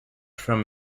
from